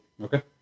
Okay